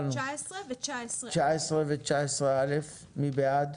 19 ו- 19א'. 19 ו-19 19 ו-19 א' מי בעד?